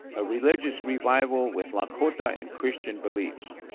a religious revival with lakota and christian beliefs.